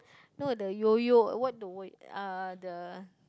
not the yoyo what the way uh the